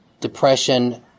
depression